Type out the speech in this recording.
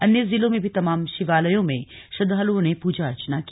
अन्य जिलों में भी तमाम शिवालयों में श्रद्धालुओं ने पूजा अर्चना की